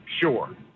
Sure